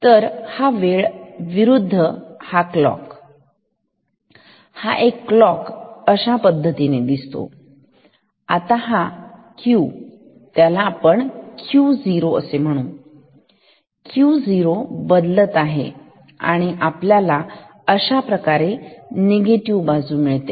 तर हा आहे वेळ विरुद्ध हा क्लॉक हा एक क्लॉक अशा पद्धतीने दिसतो आता हा Q त्याला आपण Q0 असे म्हणू Q0 बदलत आहे आणि आपल्याला अशाप्रकारे निगेटिव्ह बाजू मिळते